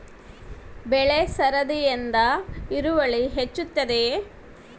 ಬೆಳೆ ಸರದಿಯಿಂದ ಇಳುವರಿ ಹೆಚ್ಚುತ್ತದೆಯೇ?